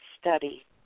Study